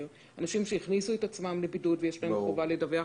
אלא אנשים שהכניסו את עצמם לבידוד ויש להם חובה לדווח.